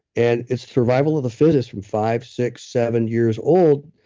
and it's survival of the fittest from five, six, seven years old.